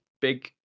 big